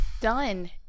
Done